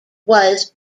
was